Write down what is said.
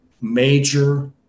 major